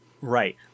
Right